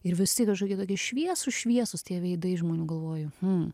ir visi kažkokie tokie šviesūs šviesūs tie veidai žmonių galvoju hm